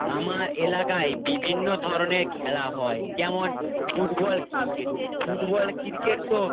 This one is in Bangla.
আমার এলাকায় বিভিন্ন ধরনের খেলা হয় যেমন ফুটবল ক্রিকেট ফুটবল ক্রিকেট তো